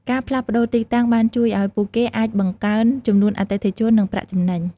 ការផ្លាស់ប្តូរទីតាំងបានជួយឱ្យពួកគេអាចបង្កើនចំនួនអតិថិជន និងប្រាក់ចំណេញ។